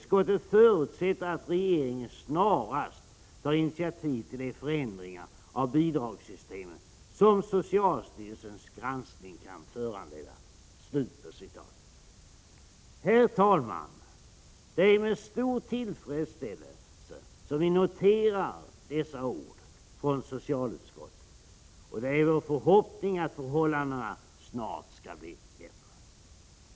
Utskottet förutsätter att regeringen snarast tar initiativ till de förändringar av bidragssystemet som socialstyrelsens granskning kan föranleda.” Herr talman! Det är med stor tillfredsställelse som vi noterar dessa ord från socialutskottet. Det är vår förhoppning att förhållandena snart skall bli bättre.